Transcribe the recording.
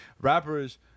rappers